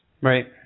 Right